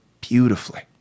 beautifully